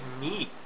meat